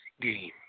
game